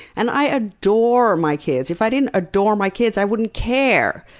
and i adore my kids. if i didn't adore my kids, i wouldn't care.